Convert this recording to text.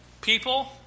people